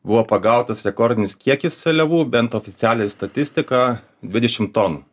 buvo pagautas rekordinis kiekis seliavų bent oficialiai statistika dvidešim tonų